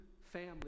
family